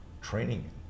training